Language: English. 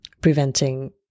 preventing